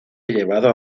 llevado